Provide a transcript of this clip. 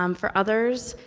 um for others,